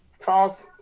False